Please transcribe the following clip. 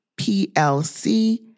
PLC